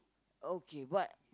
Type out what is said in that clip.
okay what